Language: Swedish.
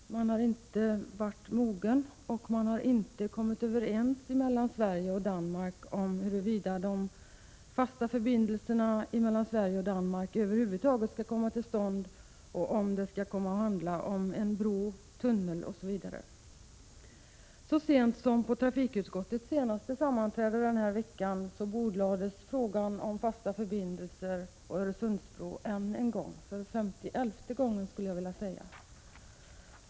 Tiden har inte varit mogen, och Sverige och Danmark har inte kunnat komma överens om huruvida de fasta förbindelserna över huvud taget skall komma till stånd och om det skall handla om en bro, en tunnel eller någon annan lösning. Så sent som vid trafikutskottets senaste sammanträde denna vecka bordlades frågan om fasta förbindelser, en bro, över Öresund ännu en gång — för femtioelfte gången, skulle jag vilja säga.